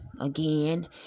again